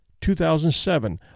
2007